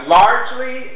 largely